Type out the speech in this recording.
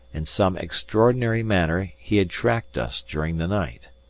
in some extraordinary manner he had tracked us during the night.